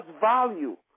value